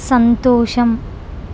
సంతోషం